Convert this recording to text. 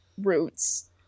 roots